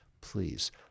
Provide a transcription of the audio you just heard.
please